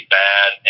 bad